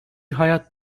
hayat